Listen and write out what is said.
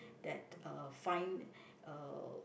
that uh find uh